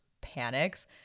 panics